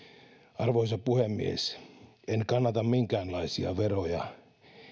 arvoisa puhemies en kannata minkäänlaisia veroja